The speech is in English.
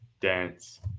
dance